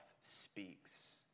speaks